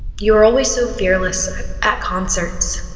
you were always so fearless at concerts.